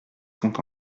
sont